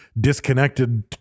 disconnected